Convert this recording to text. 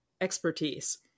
expertise